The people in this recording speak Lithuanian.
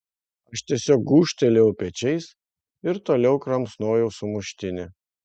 aš tiesiog gūžtelėjau pečiais ir toliau kramsnojau sumuštinį